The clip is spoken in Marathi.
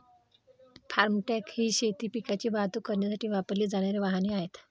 फार्म ट्रक ही शेती पिकांची वाहतूक करण्यासाठी वापरली जाणारी वाहने आहेत